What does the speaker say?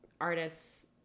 artists